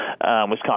Wisconsin